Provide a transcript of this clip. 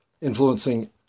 influencing